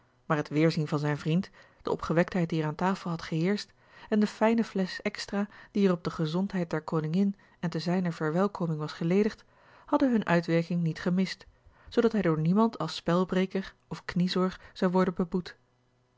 maar het weerzien van zijn vriend de opgewektheid die er aan tafel had geheerscht en de fijne flesch extra die er op de gezondheid der koningin en te zijner verwelkoming was geledigd hadden hunne uitwerking niet gemist zoodat hij door niemand als spelbreker of kniesoor zou worden beboet